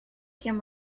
came